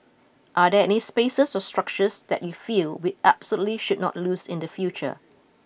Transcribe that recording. are there any spaces or structures that you feel we absolutely should not lose in the future